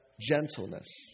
gentleness